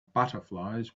butterflies